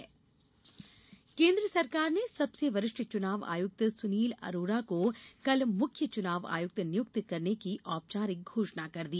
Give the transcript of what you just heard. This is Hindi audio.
मुख्य चुनाव आयुक्त केन्द्र सरकार ने सबसे वरिष्ठ चुनाव आयुक्त सुनील अरोड़ा को कल मुख्य चुनाव आयुक्त नियुक्त करने की औपचारिक घोषणा कर दी